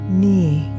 knee